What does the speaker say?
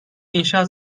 inşaat